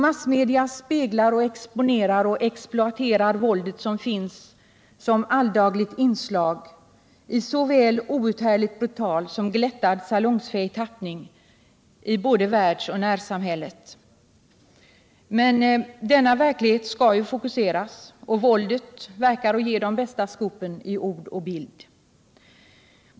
Massmedia speglar, exponerar och exploaterar det våld som finns som alldagligt inslag i såväl outhärdligt brutal som glättad salongsfähig tappning i både världsoch närsamhället. Men denna verklighet skall ju fokuseras, och våldet tycks ge de bästa scoopen i ord och bild.